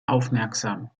aufmerksam